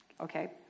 Okay